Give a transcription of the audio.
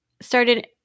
started